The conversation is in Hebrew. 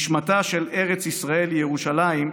שנשמתה של ארץ ישראל היא ירושלים,